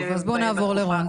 נעבור לרון.